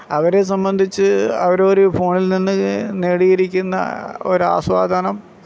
അവരെ സംബന്ധിച്ച് അവരൊരു ഫോണിൽ നിന്ന് നേടിയിരിക്കുന്ന ഒരു ആസ്വാദനം